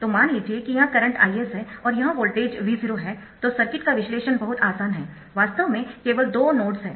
तो मान लीजिए कि यह करंट Is है और यह वोल्टेज V0 है तो सर्किट का विश्लेषण बहुत आसान है वास्तव में केवल दो नोड्स है